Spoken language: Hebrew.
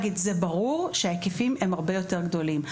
ברור שההיקפים הם רבה יותר גדולים.